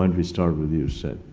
and we start with you, seth.